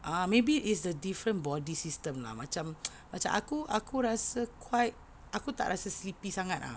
ah maybe is the different body system lah macam macam aku aku rasa quite aku tak rasa sleepy sangat ah